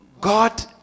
God